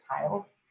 tiles